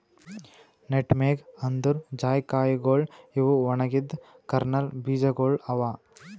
nutmeg ಅಂದುರ್ ಜಾಯಿಕಾಯಿಗೊಳ್ ಇವು ಒಣಗಿದ್ ಕರ್ನಲ್ ಬೀಜಗೊಳ್ ಅವಾ